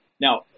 Now